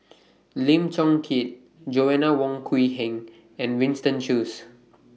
Lim Chong Keat Joanna Wong Quee Heng and Winston Choos